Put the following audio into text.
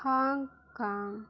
Hong Kong